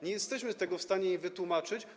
Nie jesteśmy tego w stanie im wytłumaczyć.